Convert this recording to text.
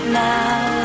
now